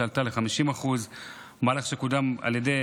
שעלתה ל-50% מהלך שקודם על ידי